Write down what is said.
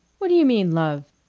what do you mean love?